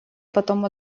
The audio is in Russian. потом